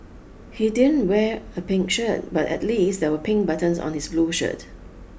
he didn't wear a pink shirt but at least there were pink buttons on his blue shirt